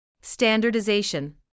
Standardization